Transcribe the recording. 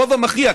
הרוב המכריע,